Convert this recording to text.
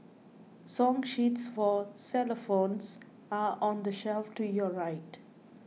song sheets for xylophones are on the shelf to your right